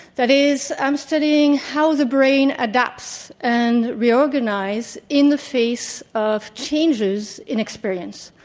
that is, i'm studying how the brain adapts and reorganize in the face of changes in experience.